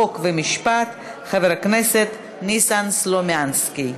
חוק ומשפט חבר הכנסת ניסן סלומינסקי.